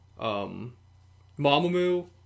Mamamoo